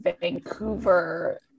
Vancouver